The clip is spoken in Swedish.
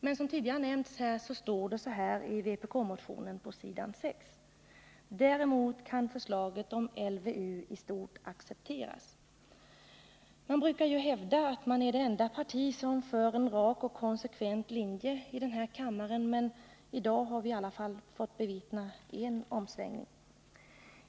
Men som tidigare nämnts under debatten, står det på s. 6 i vpk-motionen: ”Däremot kan förslaget om LVU i stort accepteras.” Man brukar hävda att vpk är det enda parti som driver en rak och konsekvent linje i denna kammare. Men i dag kan vi i alla fall bevittna en omsvängning.